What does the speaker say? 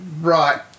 right